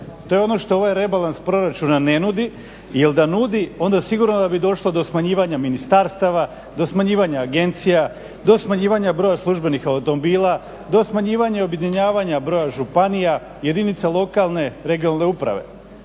To je ono što ovaj rebalans proračuna ne nudi jel da nudi onda sigurno da bi došlo do smanjivanja ministarstava, do smanjivanja agencija, do smanjivanja broja službenih automobila, do smanjivanja i objedinjavanja broja županija, jedinica lokalne, regionalne uprave.